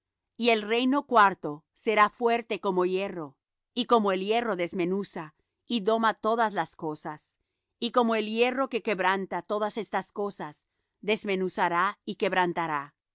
y el reino cuarto será fuerte como hierro y como el hierro desmenuza y doma todas las cosas y como el hierro que quebranta todas estas cosas desmenuzará y quebrantará